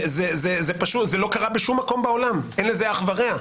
זה לא קרה בשום מקום בעולם, אין לזה אח ורע.